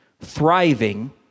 thriving